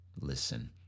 listen